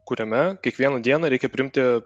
kuriame kiekvieną dieną reikia priimti